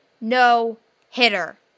no-hitter